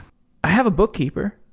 have a bookkeeper.